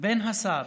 בין השר